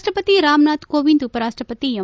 ರಾಷ್ಟಪತಿ ರಾಮ್ನಾಥ್ ಕೋವಿಂದ್ ಉಪರಾಷ್ಟಪತಿ ಎಂ